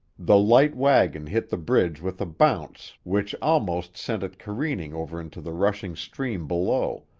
the light wagon hit the bridge with a bounce which almost sent it careening over into the rushing stream below,